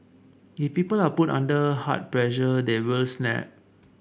if people are put under hard pressure they will snap